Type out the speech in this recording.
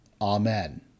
Amen